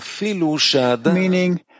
Meaning